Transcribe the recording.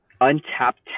untapped